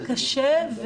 יהיה לנו הרבה יותר קשה.